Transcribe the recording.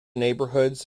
neighbourhoods